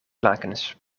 lakens